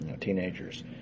teenagers